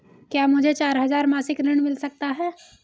क्या मुझे चार हजार मासिक ऋण मिल सकता है?